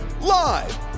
live